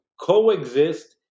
coexist